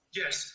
yes